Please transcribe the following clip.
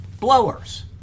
blowers